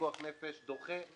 פיקוח נפש דוחה הכול,